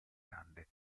grande